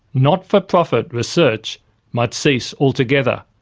not-for-profit research might cease altogether.